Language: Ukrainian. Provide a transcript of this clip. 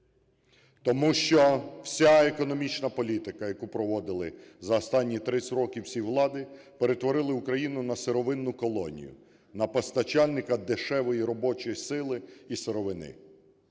Тому що вся економічна політика, яку проводили за останні 30 років всі влади, перетворили Україну на сировинну колонію, на постачальника дешевої робочої сили і сировини.